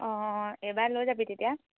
অঁ এইবাৰ লৈ যাবি তেতিয়া